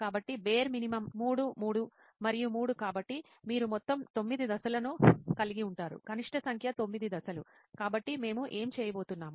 కాబట్టి bare minimum 3 3 మరియు 3 కాబట్టి మీరు మొత్తం 9 దశలను కలిగి ఉంటారు కనిష్ట సంఖ్య 9 దశలు కాబట్టి మేము ఏమి చేయబోతున్నాము